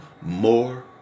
more